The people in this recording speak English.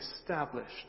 established